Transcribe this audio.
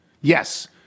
Yes